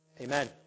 Amen